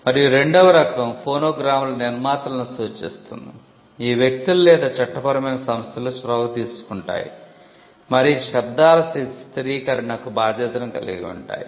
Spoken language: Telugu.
మరియు రెండవ రకం ఫోనోగ్రామ్ల నిర్మాతలను సూచిస్తుంది ఈ వ్యక్తులు లేదా చట్టపరమైన సంస్థలు చొరవ తీసుకుంటాయి మరియు శబ్దాల స్థిరీకరణకు బాధ్యత కలిగి ఉంటాయి